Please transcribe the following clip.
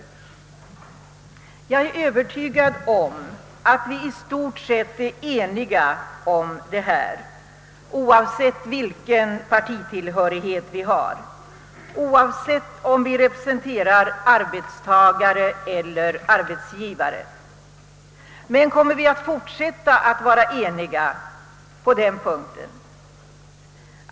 Jag är övertygad om att vi i stort sett är ense om detta oavsett vilket parti vi tillhör, oavsett om vi representerar arbetstagare eller arbetsgivare. Men kommer vi att fortsätta att vara eniga på den punkten?